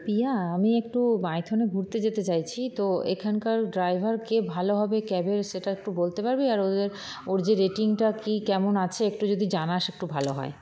পিয়া আমি একটু মাইথনে ঘুরতে যেতে চাইছি তো এখানকার ড্রাইভারকে ভালো হবে ক্যাবের সেটা একটু বলতে পার আর ওদের ওর যে রেটিংটা কি কেমন আছে একটু যদি জানাস একটু ভালো হয়